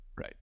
right